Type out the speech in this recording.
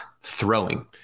throwing